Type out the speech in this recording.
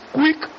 quick